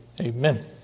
Amen